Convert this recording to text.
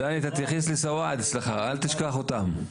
דני, תתייחס לסואעד, אל תשכח אותם,